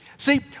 See